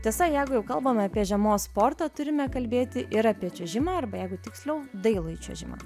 tiesa jeigu jau kalbame apie žiemos sportą turime kalbėti ir apie čiuožimą arba jeigu tiksliau dailųjį čiuožimą